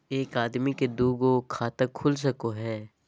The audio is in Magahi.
एक आदमी के दू गो खाता खुल सको है?